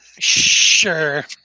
Sure